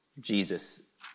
Jesus